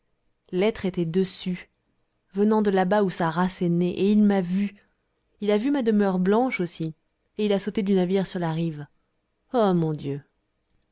l'être était dessus venant de là-bas où sa race est née et il m'a vu il a vu ma demeure blanche aussi et il a sauté du navire sur la rive oh mon dieu